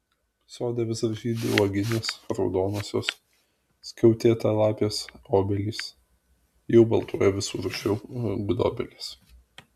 sode vis dar žydi uoginės raudonosios skiautėtalapės obelys jau baltuoja visų rūšių gudobelės